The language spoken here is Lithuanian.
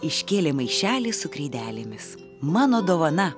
iškėlė maišelį su kreidelėmis mano dovana